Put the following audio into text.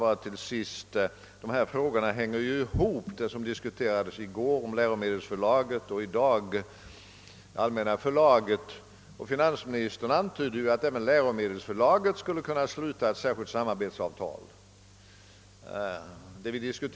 Till sist vill jag framhålla att de här frågorna ju sammanhänger med det i går diskuterade läromedelsförlaget. Finansministern antydde att det skulle kunna slutas ett särskilt samarbetsavtal med läromedelsförlaget.